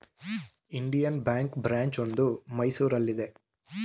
Indian ಬ್ಯಾಂಕ್ನ branch ಒಂದು ಮೈಸೂರಲ್ಲಿದೆ